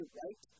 right